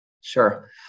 Sure